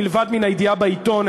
מלבד הידיעה בעיתון,